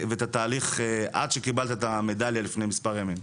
ואת התהליך עד שקיבלת את המדליה לפני מספר ימים.